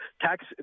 tax